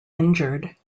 injured